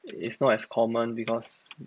it's not as common because